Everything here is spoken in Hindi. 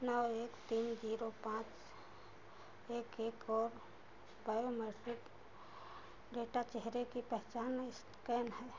नौ एक तीन जीरो पांच एक एक और बायो मैट्रिक्स डेटा चेहरे की पहचान स्कैन है